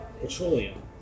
petroleum